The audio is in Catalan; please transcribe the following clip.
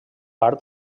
art